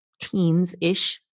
teens-ish